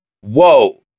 whoa